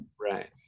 Right